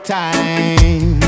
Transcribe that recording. time